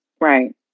right